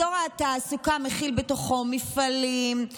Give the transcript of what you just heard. אזור התעסוקה מכיל בתוכו מפעלים,